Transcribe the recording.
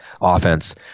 offense